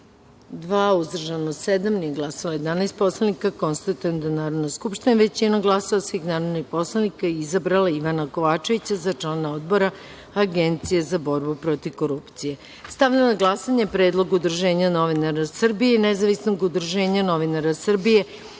- sedam, nije glasalo 11 poslanika. Konstatujem da je Narodna skupština većinom glasova svih narodnih poslanika izabrala Ivana Kovačevića za člana Odbora Agencije za borbu protiv korupcije. Stavljam na glasanje predlog Udruženja novinara Srbije i Nezavisnog udruženja novinara Srbije